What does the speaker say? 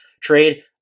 trade